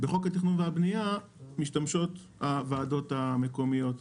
ובחוק התכנון והבנייה משתמשות הוועדות המקומיות,